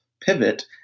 pivot